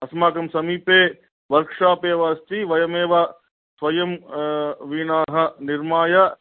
अस्माकं समीपे वर्क्शाप् एव अस्ति वयमेव स्वयं वीणाः निर्माय